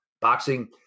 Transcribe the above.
boxing